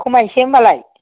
खमाय इसे होनबालाय